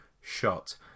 shot